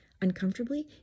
uncomfortably